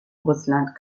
russland